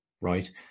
right